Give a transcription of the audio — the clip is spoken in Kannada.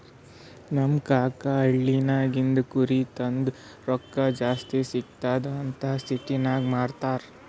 ನಮ್ ಕಾಕಾ ಹಳ್ಳಿನಾಗಿಂದ್ ಕುರಿ ತಂದು ರೊಕ್ಕಾ ಜಾಸ್ತಿ ಸಿಗ್ತುದ್ ಅಂತ್ ಸಿಟಿನಾಗ್ ಮಾರ್ತಾರ್